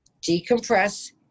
decompress